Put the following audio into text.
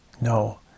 no